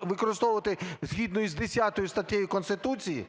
використовувати згідно із 10 статтею Конституції,